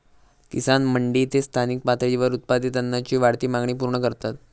किसान मंडी ते स्थानिक पातळीवर उत्पादित अन्नाची वाढती मागणी पूर्ण करतत